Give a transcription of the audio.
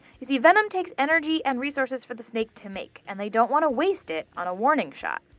you see, venom takes energy and resources for the snake to make, and they don't want to waste it on a warning shot.